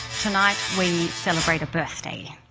tonight we celebrate a birthday,